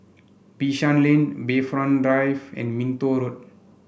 Bishan Lane Bayfront Drive and Minto Road